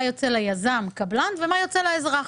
מה יוצא ליזם-קבלן ומה יוצא לאזרח.